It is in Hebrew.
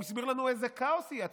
הוא הסביר לנו איזה כאוס יהיה.